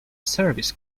service